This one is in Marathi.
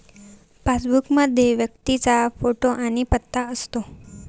पासबुक मध्ये व्यक्तीचा फोटो आणि पत्ता असतो